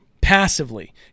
passively